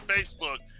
Facebook